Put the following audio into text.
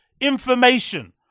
information